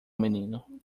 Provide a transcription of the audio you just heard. menino